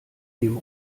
dem